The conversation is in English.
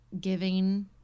giving